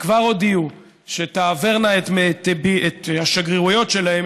שכבר הודיעו שתעברנה את השגרירויות שלהן,